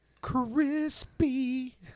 Crispy